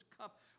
cup